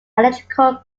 electrical